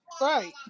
Right